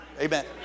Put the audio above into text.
Amen